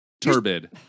turbid